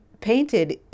painted